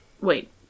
wait